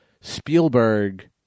Spielberg